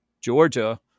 Georgia